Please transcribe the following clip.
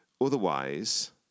Otherwise